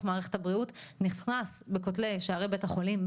מערכת הבריאות נכנס בכותלי שערי בית החולים,